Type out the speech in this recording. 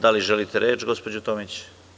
Da li želite reč gospođo Tomić?